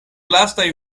lastaj